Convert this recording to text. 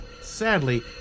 Sadly